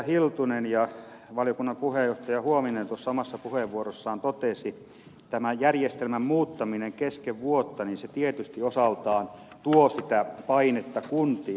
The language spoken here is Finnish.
hiltunen ja valiokunnan puheenjohtaja huovinen omissa puheenvuoroissaan totesivat tämän järjestelmän muuttaminen kesken vuotta tietysti osaltaan tuo sitä painetta kuntiin